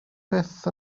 byth